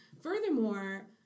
Furthermore